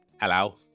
Hello